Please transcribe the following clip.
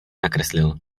nakreslil